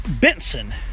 Benson